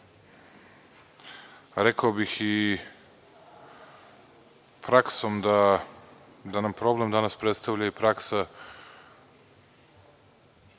rekao bih i praksom da nam problem danas predstavlja i praksa